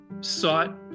sought